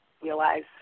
realize